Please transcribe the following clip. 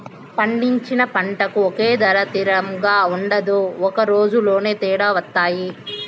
పండించిన పంటకు ఒకే ధర తిరంగా ఉండదు ఒక రోజులోనే తేడా వత్తాయి